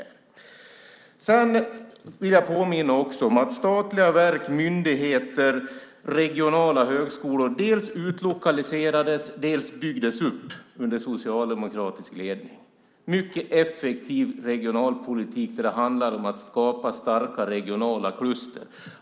Jag vill påminna om att statliga verk, myndigheter och regionala högskolor utlokaliserades och byggdes upp under socialdemokratisk ledning. Det var en mycket effektiv regionalpolitik som handlade om att skapa starka regionala kluster.